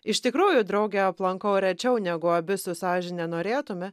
iš tikrųjų draugę aplankau rečiau negu abi su sąžine norėtume